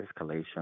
escalation